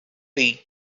tea